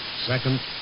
Second